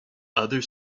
other